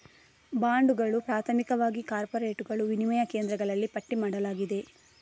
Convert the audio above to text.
ಬಾಂಡುಗಳು, ಪ್ರಾಥಮಿಕವಾಗಿ ಕಾರ್ಪೊರೇಟುಗಳು, ವಿನಿಮಯ ಕೇಂದ್ರಗಳಲ್ಲಿ ಪಟ್ಟಿ ಮಾಡಲಾಗಿದೆ